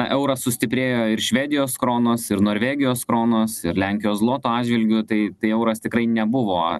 na euras sustiprėjo ir švedijos kronos ir norvegijos kronos ir lenkijos zloto atžvilgiu tai tai euras tikrai nebuvo